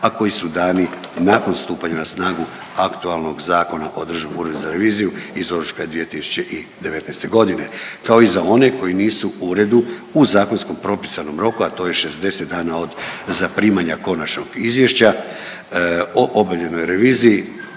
a koji su dani nakon stupanja na snagu aktualnog Zakona o Državnom uredu za reviziju iz ožujka 2019. godine kao i za one koji nisu u uredu u zakonskom propisanom roku, a to je 60 dana od zaprimanja konačnog izvješća o obavljenoj reviziji,